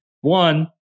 one